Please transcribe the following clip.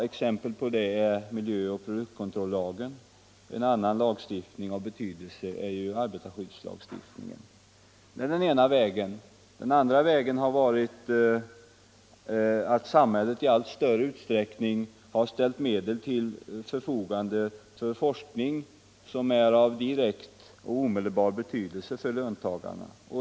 Exempel på det är miljöoch produktkontrollagen, och en annan betydelsefull lagstiftning är arbetarskyddslagstiftningen. Den andra vägen man gått har varit att samhället i allt större utsträckning ställt medel till förfogande för forskning som är av direkt och omedelbar betydelse för löntagarna.